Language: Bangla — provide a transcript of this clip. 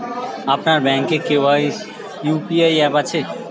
আপনার ব্যাঙ্ক এ তে কি ইউ.পি.আই অ্যাপ আছে?